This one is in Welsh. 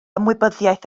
ymwybyddiaeth